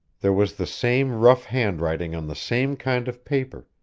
there was the same rough handwriting on the same kind of paper,